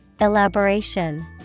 Elaboration